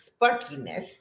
sparkiness